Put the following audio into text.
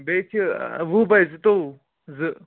بیٚیہِ چھِ وُہ بَے زٕتووُہ زٕ